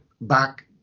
back